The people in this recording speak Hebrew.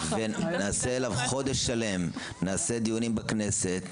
נערוך דיונים בכנסת,